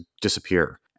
disappear